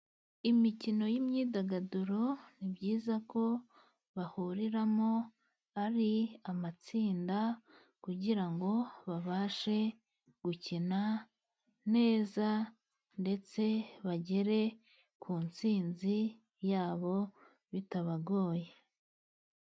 Imikino y'imyidagaduro ni byiza ko bahuriramo ari amatsinda, kugira ngo babashe gukina neza ndetse bagere ku ntsinzi yabo bitabagoye.